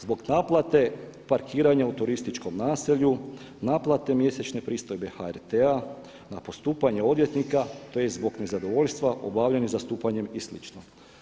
Zbog naplate parkiranja u turističkom naselju, naplate mjesečne pristojbe HRT-a, na postupanje odvjetnika tj. zbog nezadovoljstva obavljenim zastupanjem i slično.